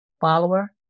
follower